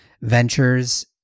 ventures